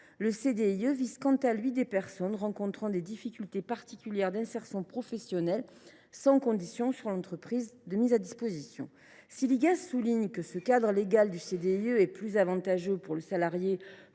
le CDIE vise quant à lui “des personnes rencontrant des difficultés particulières d’insertion professionnelle”, sans condition sur l’entreprise de mise à disposition. » Si l’Igas souligne que le cadre légal du CDIE est plus avantageux pour le salarié